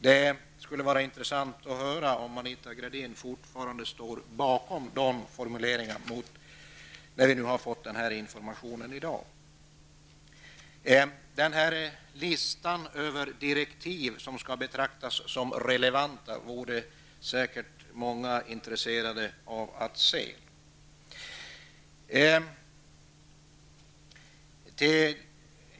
Det skulle vara intressant att höra om Anita Gradin fortfarande står bakom dessa formuleringar, när vi fått denna information här i dag. Listan över direktiv som skall betraktas som relevanta vore säkert många intresserade av att se.